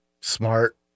Smart